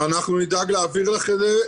אנחנו נדאג להעביר לך את זה,